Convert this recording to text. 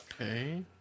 Okay